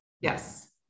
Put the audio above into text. Yes